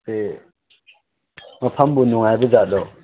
ꯃꯐꯝꯕꯨ ꯅꯨꯡꯉꯥꯏꯕ ꯖꯥꯠꯂꯣ